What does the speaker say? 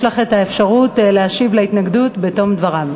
יש לך אפשרות להשיב על ההתנגדות בתום דבריו.